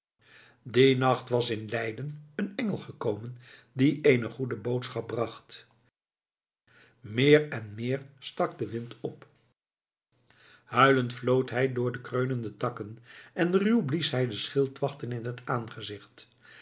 dien nacht was in leiden een engel gekomen die eene goede boodschap bracht meer en meer stak de wind op huilend floot hij door de kreunende takken en ruw blies hij de schildwachten in het aangezicht